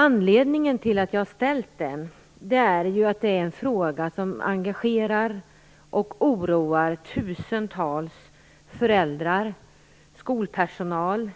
Anledningen till att jag ställt den är att detta är en fråga som engagerar och oroar tusentals föräldrar, skolpersonal,